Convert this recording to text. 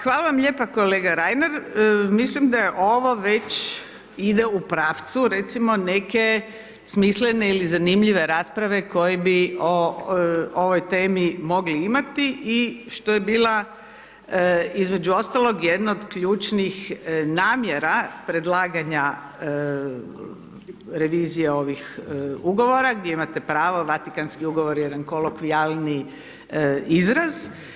Hvala vam lijepo kolega Reiner, mislim da ovo već ide u pravcu recimo neke smislene i zanimljive rasprave koje bi o ovoj temi mogli imati i što je bila između ostalog jedna od ključnih namjera predlaganja revizije ovih ugovora, gdje imate pravo, Vatikanski ugovor je jedan kolokvijalni izraz.